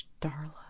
Darla